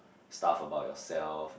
stuff about yourself